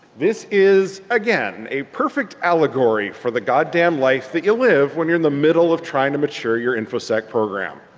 this is again a perfect allegory for the god dam life that you live when you're in the middle of trying to mature your infosec program.